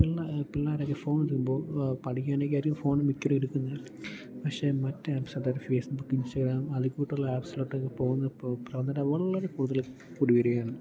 പിള്ളേർ പിള്ളേർ ഒക്കെ ഫോണെടുക്കുമ്പോൾ പഠിക്കാൻ ഒക്കെ ആയിരിക്കും ഫോണ് മിക്കവരും എടുക്കുന്നത് പക്ഷേ മറ്റേ ആപ്പ്സ് അതായത് ഫേസ്ബുക്ക് ഇൻസ്റ്റാഗ്രാം അതി കൂട്ടുള്ള ആപ്പ്സിലോട്ട് ഒക്കെ പോകുന്ന ഇപ്പോൾ വളരെ കൂടുതൽ കുടിവരികയാണ്